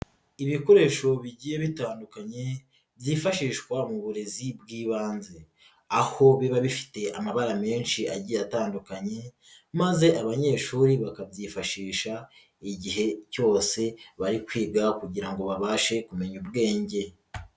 Ibikoresho bigiye bitandukanye byifashishwa mu burezi bw'ibanze aho biba bifite amabara menshi agiye atandukanye maze abanyeshuri bakabyifashisha igihe cyose bari kwiga kugira ngo babashe kumenya ubwenge.